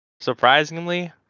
Surprisingly